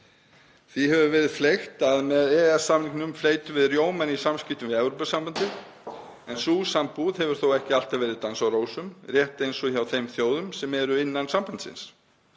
Því hefur verið fleygt að með EES-samningnum fleytum við rjómann í samskiptum við Evrópusambandið, en sú sambúð hefur þó ekki alltaf verið dans á rósum, rétt eins og hjá þeim þjóðum sem eru innan sambandsins.